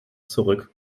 zurück